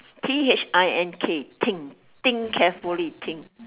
T H I N K think think carefully think